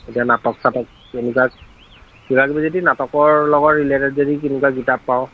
এতিয়া নাটক চাটক কেনেকুৱা কিবাাকিবি যদি নাটকৰ লগত ৰিলেটেড যদি তেনেকুৱা কিতাপ পাওঁ